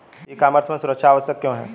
ई commerce में सुरक्षा आवश्यक क्यों है?